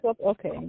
Okay